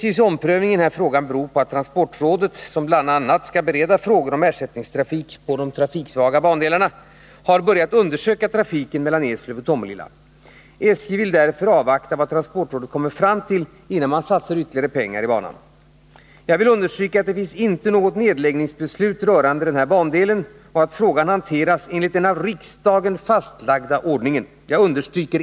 SJ:s omprövning i den här frågan beror på att transportrådet som bl.a. har till uppgift att bereda frågor om ersättningstrafik på trafiksvaga bandelar har börjat undersöka trafiken mellan Eslöv och Tomelilla. SJ vill därför avvakta vad transportrådet kommer fram till innan man satsar ytterligare pengar i banan. Jag vill understryka att det inte finns något nedläggningsbeslut rörande bandelen Eslöv-Tomelilla och att frågan hanteras enligt en av riksdagen fastlagd ordning.